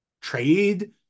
trade